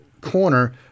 corner